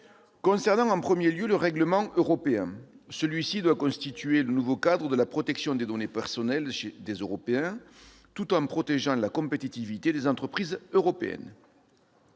Concernant en premier lieu le règlement européen, celui-ci doit constituer le nouveau cadre de la protection des données personnelles des Européens tout en protégeant la compétitivité des entreprises européennes.